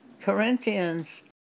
Corinthians